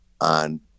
on